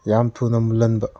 ꯌꯥꯝꯅ ꯊꯨꯅ ꯃꯨꯜꯍꯟꯕ